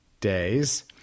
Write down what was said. days